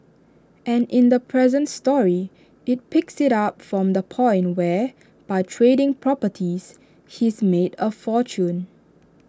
and in the present story IT picks IT up from the point where by trading properties he's made A fortune